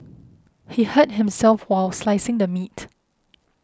he hurt himself while slicing the meat